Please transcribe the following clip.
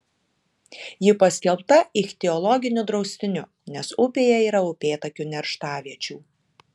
ji paskelbta ichtiologiniu draustiniu nes upėje yra upėtakių nerštaviečių